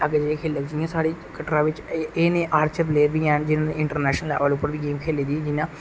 अग्गै जाइयै खेलग जियां साढ़े कटरा बिच एह् नेह् आरचर प्लेयर बी हैन जिनें इंटरनेशनल लेबल उप्पर बी गेम खेली दी जियां